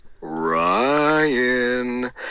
ryan